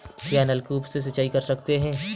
क्या नलकूप से सिंचाई कर सकते हैं?